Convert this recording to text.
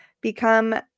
become